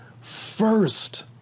first